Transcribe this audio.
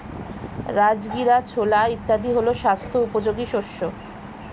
রাজগীরা, ছোলা ইত্যাদি হল স্বাস্থ্য উপযোগী শস্য